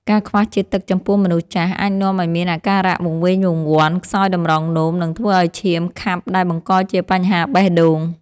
ការខ្វះជាតិទឹកចំពោះមនុស្សចាស់អាចនាំឱ្យមានអាការៈវង្វេងវង្វាន់ ខ្សោយតម្រងនោម និងធ្វើឱ្យឈាមខាប់ដែលបង្កជាបញ្ហាបេះដូង។